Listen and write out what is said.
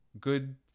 good